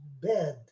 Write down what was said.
bad